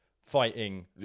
Fighting